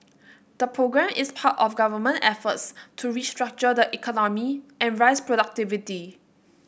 the programme is part of government efforts to restructure the economy and raise productivity